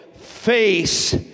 face